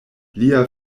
lia